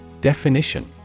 Definition